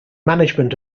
management